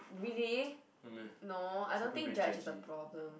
really no I don't think judge is a problem